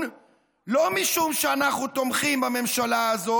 לא משום שאנחנו תומכים בממשלה הזאת,